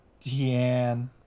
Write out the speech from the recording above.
Deanne